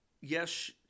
yes